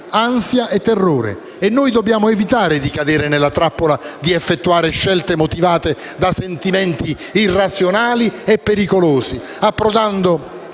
ansia e terrore e noi dobbiamo evitare di cadere nella trappola di effettuare scelte motivate da sentimenti irrazionali e pericolosi, approntando